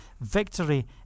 victory